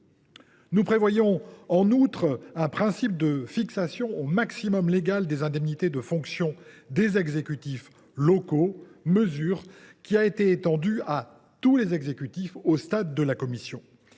Nous prévoyons en outre un principe de fixation au maximum légal des indemnités de fonction des exécutifs locaux. Cette mesure a été étendue à tous les exécutifs locaux lors de l’examen